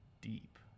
deep